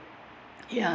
ya